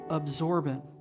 absorbent